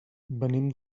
venim